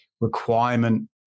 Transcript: requirement